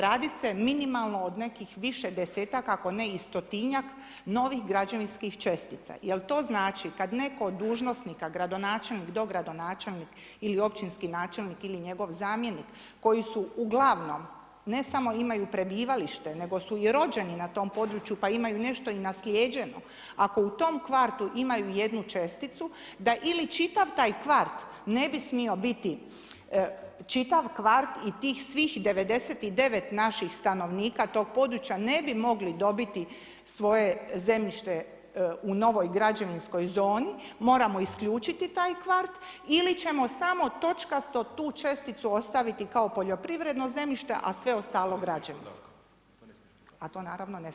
Radi se minimalno od nekih više desetaka ako ne i stotinjak novih građevinskih čestica, jel' to znači kad netko od dužnosnika, gradonačelnik, dogradonačelnik ili općinski načelnik ili njegov zamjenik koji su uglavnom ne samo imaju prebivalište nego su i rođeni na tom području pa imaju nešto i naslijeđeno, ako u tom kvartu imaju jednu česticu, da ili čitav taj kvart ne bi smio biti čitav kvart i tih svih 99 naših stanovnika tog područja, ne bi mogli dobiti svoje zemljište u novoj građevinskoj zoni, moramo isključiti taj kvart ili ćemo samo točkasto tu česticu ostaviti kao poljoprivredno zemljište a sve ostalo građevinsko.